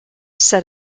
said